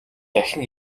дахин